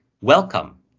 welcome